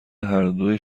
هردو